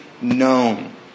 known